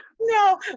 No